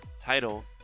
title